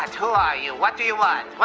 are ah you? what do you want,